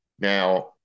Now